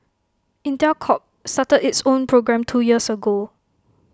Intel Corp started its own program two years ago